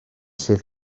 sydd